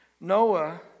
Noah